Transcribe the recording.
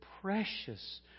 precious